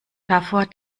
davor